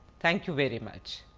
thank you very much.